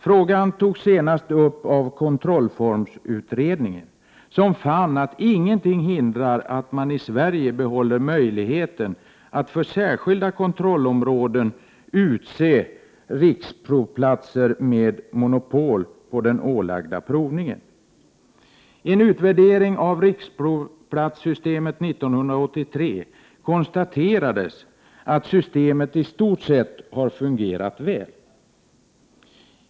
Frågan togs senast upp av kontrollformsutredningen, som fann att ingenting hindrar att man i Sverige behåller möjligheten att för särskilda kontrollområden utse riksprovplatser med monopol på den ålagda provningen. I en utvärdering av riksprovplatssystemet 1983 konstaterades att systemet i stort sett hade fungerat väl.